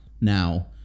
Now